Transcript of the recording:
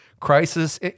crisis